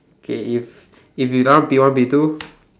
okay if if you don't want P one P two